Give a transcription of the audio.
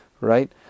right